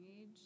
age